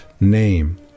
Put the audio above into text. name